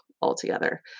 altogether